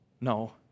No